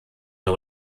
der